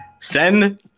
Send